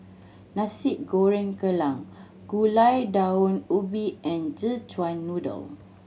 Nasi Goreng Kerang Gulai Daun Ubi and Szechuan Noodle